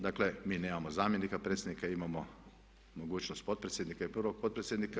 Dakle, mi nemamo zamjenika predsjednika, imamo mogućnost potpredsjednika i prvog potpredsjednika.